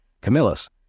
Camillus